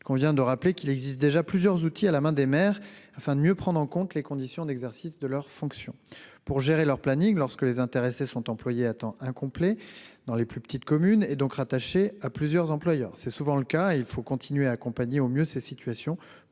les plus rurales. Il existe déjà plusieurs outils à la main des maires pour mieux prendre en compte les conditions d'exercice de leurs fonctions, notamment pour gérer leur planning lorsque les intéressés sont employés à temps incomplet, dans les plus petites communes, et donc rattachés à plusieurs employeurs. C'est souvent le cas, et il faut continuer à accompagner au mieux ces situations